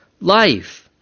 life